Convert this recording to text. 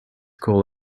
call